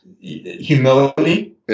humility